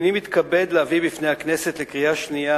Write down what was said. הנני מתכבד להביא בפני הכנסת לקריאה שנייה